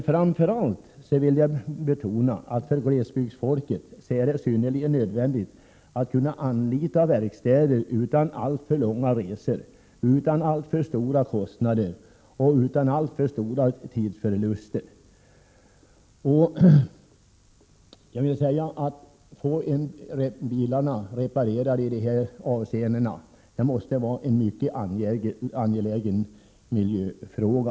Framför allt vill jag betona att det för glesbygdsfolket är synnerligen nödvändigt att kunna anlita verkstäder utan alltför långa resor, utan alltför stora kostnader och utan alltför stora tidsförluster. Att få bilarna reparerade i dessa avseenden måste vara en mycket angelägen miljöfråga.